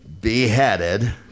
Beheaded